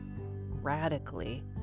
radically